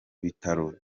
bitaro